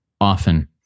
often